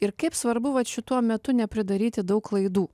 ir kaip svarbu vat šituo metu nepridaryti daug klaidų